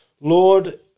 Lord